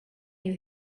you